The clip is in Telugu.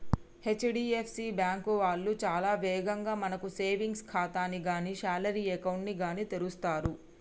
హెచ్.డి.ఎఫ్.సి బ్యాంకు వాళ్ళు చాలా వేగంగా మనకు సేవింగ్స్ ఖాతాని గానీ శాలరీ అకౌంట్ ని గానీ తెరుస్తరు